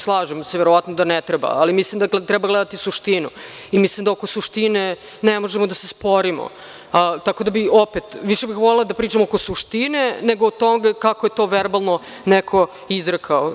Slažem se, verovatno da ne treba, ali mislim da treba gledati suštinu i mislim da oko suštine ne možemo da se sporimo, tako da bih opet više volela da pričamo oko suštine, nego o tome kako je to verbalno neko izrekao.